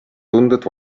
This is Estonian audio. tunded